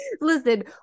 Listen